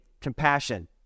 compassion